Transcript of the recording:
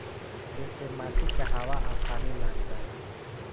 ऐसे माटी के हवा आ पानी लाग जाला